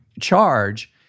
charge